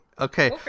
Okay